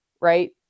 Right